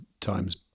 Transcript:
times